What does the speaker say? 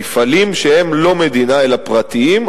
מפעלים שהם לא מדינה אלא פרטיים,